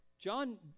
John